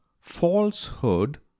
Falsehood